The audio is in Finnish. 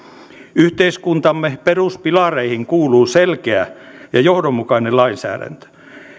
yhteiskuntamme peruspilareihin kuuluu selkeä ja johdonmukainen lainsäädäntö